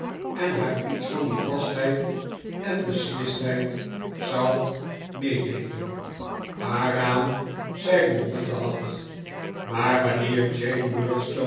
en haar iets van die vastheid en beslistheid zou meedeelen waaraan zij behoefte had maar wanneer